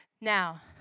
Now